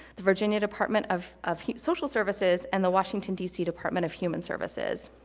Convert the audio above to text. the virginia department of of social services, and the washington, dc department of human services.